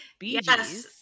Yes